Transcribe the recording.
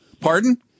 Pardon